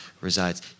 resides